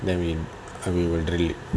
then err we will drill it